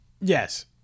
yes